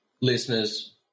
Listeners